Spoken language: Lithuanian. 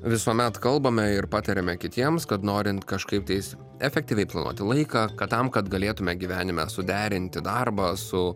visuomet kalbame ir patariame kitiems kad norint kažkaiptais efektyviai planuoti laiką kad tam kad galėtume gyvenime suderinti darbą su